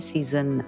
Season